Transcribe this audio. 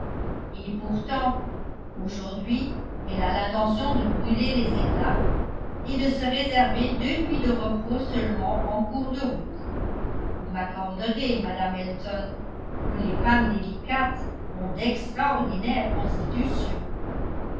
et pourtant aujourd'hui elle a l'intention de brûler les étapes et de se réserver deux nuits de repos seulement en cours de route vous m'accorderez madame elton que les femmes délicates ont d'extraordinaires constitutions